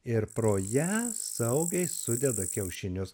ir pro ją saugiai sudeda kiaušinius